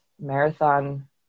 marathon